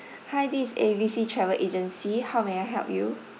hi this is A B C travel agency how may I help you